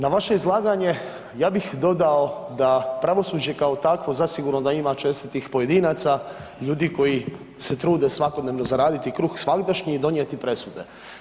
Na vaše izlaganje ja bih dodao da pravosuđe kao takvo zasigurno da ima čestitih pojedinaca, ljudi koji se trude svakodnevno zaraditi kruh svagdašnji i donijeti presude.